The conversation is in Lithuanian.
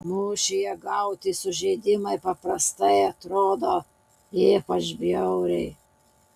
mūšyje gauti sužeidimai paprastai atrodo ypač bjauriai